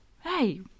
Hey